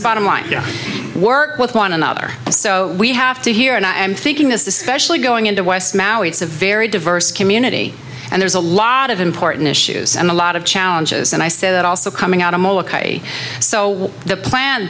so bottom line you work with one another so we have to here and i am thinking this especially going into west maui it's a very diverse community and there's a lot of important issues and a lot of challenges and i say that also coming out of so the planned